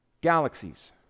galaxies